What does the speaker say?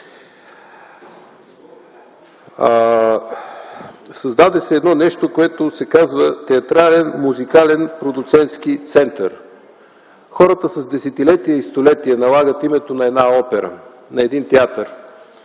Създаде се едно нещо, което се казва Театрално-музикален продуцентски център. Хората с десетилетия и столетия налагат името на една опера, на един театър,